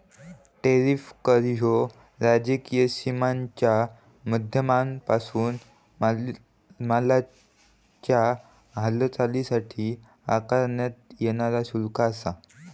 tariff कर ह्यो राजकीय सीमांच्या माध्यमांपासून मालाच्या हालचालीसाठी आकारण्यात येणारा शुल्क आसा